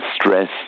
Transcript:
stress